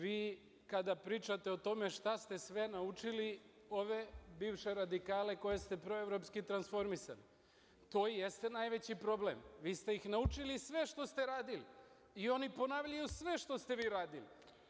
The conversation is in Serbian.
Vi kada pričate o tome šta ste sve naučili ove bivše radikale koje ste proevropski transformisali, to jeste najveći problem, vi ste ih naučili sve što ste radili i oni ponavljaju sve što ste vi radili.